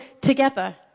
together